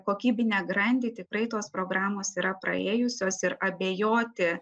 kokybinę grandį tikrai tos programos yra praėjusios ir abejoti